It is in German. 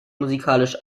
musikalisch